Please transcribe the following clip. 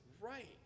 right